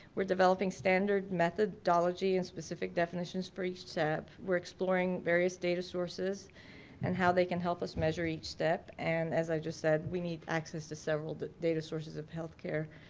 we're developing standard methodology and specific definitions for each step, we're exploring various data sources and how they can help us measure each step and as i just said we need access to several but data sources of healthcare